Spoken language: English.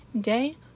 day